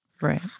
Right